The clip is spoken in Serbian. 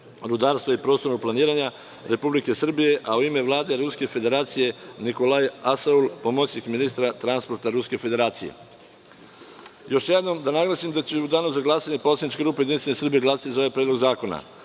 rudarstva i prostornog planiranja Republike Srbije a u ime Vlade Ruske Federacije Nikolaj Asov, pomoćnik ministra transporta Ruske Federacije. Još jednom da naglasim da će u danu za glasanje poslanička grupa Jedinstvena Srbija glasati za ovaj Predlog zakona. Na